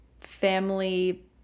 family